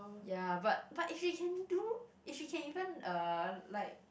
ya but but if you can do if you can even uh like